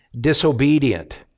disobedient